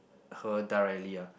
her directly ah